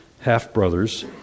half-brothers